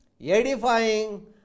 edifying